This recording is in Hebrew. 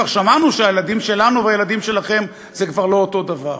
כבר שמענו שהילדים שלנו והילדים שלכם זה כבר לא אותו דבר.